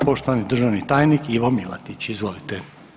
Poštovani državni tajnik Ivo Milatić, izvolite.